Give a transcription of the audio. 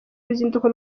uruzinduko